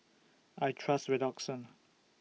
I Trust Redoxon